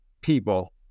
people